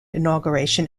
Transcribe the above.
inauguration